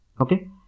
okay